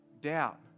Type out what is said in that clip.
doubt